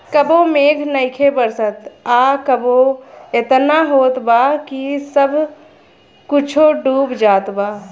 कबो मेघ नइखे बरसत आ कबो एतना होत बा कि सब कुछो डूब जात बा